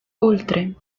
oltre